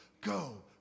go